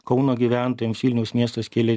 kauno gyventojams vilniaus miestas kėlė